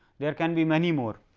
there can be many more.